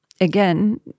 again